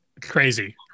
Crazy